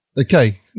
okay